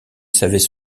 savaient